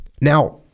Now